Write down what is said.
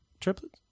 Triplets